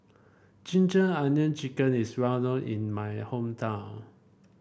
ginger onion chicken is well known in my hometown